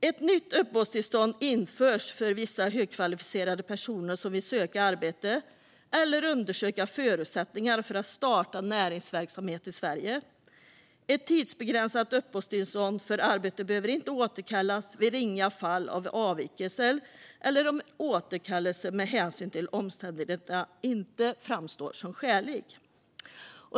Ett nytt uppehållstillstånd införs för vissa högkvalificerade personer som vill söka arbete eller undersöka förutsättningarna för att starta näringsverksamhet i Sverige. Ett tidsbegränsat uppehållstillstånd för arbete behöver inte återkallas vid ringa fall av avvikelse eller om en återkallelse med hänsyn till omständigheterna inte framstår som skälig.